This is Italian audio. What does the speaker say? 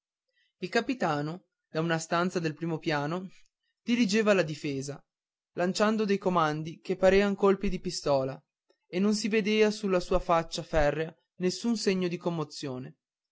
il capitano da una stanza del primo piano dirigeva la difesa lanciando dei comandi che parean colpi di pistola e non si vedeva sulla sua faccia ferrea nessun segno di commozione